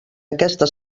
aquesta